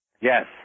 Yes